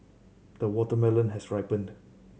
the watermelon has ripened